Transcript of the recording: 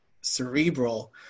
cerebral